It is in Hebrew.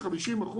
עם 50%,